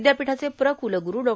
विदयापीठाचे प्र कुलग्रू डॉ